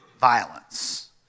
violence